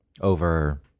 over